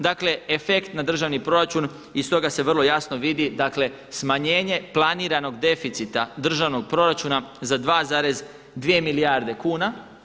Dakle, efekt na državni proračun i iz toga se vrlo jasno vidi, dakle smanjenje planiranog deficita državnog proračuna za 2,2 milijarde kuna.